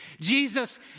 Jesus